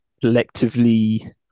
collectively